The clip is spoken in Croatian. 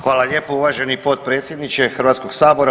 Hvala lijepo uvaženi potpredsjedniče Hrvatskog sabora.